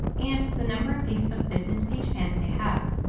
and the number of facebook business page fans they have.